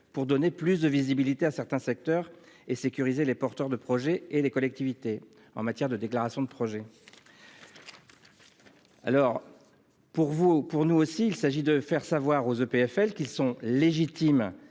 pour donner plus de visibilité à certains secteurs et sécuriser les porteurs de projet et les collectivités en matière de déclaration de projet. Pour nous aussi, il s'agit de faire savoir aux EPFL qu'ils sont légitimes